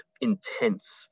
intense